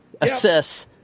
assess